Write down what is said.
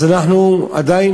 אז אנחנו עדיין,